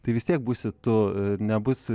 tai vis tiek būsi tu nebus